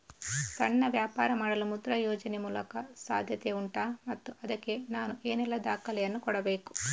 ಸಣ್ಣ ವ್ಯಾಪಾರ ಮಾಡಲು ಮುದ್ರಾ ಯೋಜನೆ ಮೂಲಕ ಸಾಧ್ಯ ಉಂಟಾ ಮತ್ತು ಅದಕ್ಕೆ ನಾನು ಏನೆಲ್ಲ ದಾಖಲೆ ಯನ್ನು ಕೊಡಬೇಕು?